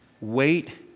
Wait